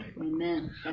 Amen